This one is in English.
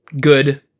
good